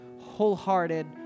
wholehearted